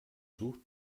sucht